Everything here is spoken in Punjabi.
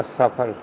ਅਸਫਲ